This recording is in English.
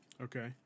Okay